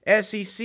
SEC